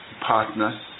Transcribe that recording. partners